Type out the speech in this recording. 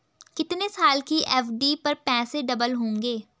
कितने साल की एफ.डी पर पैसे डबल होंगे?